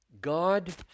God